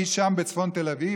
אי שם בצפון תל אביב,